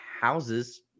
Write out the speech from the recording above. houses